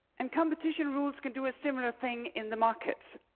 and competition rules can do a similar thing in the market,